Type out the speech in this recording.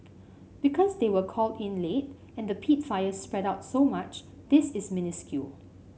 because they were called in late and the peat fire spread out so much this is minuscule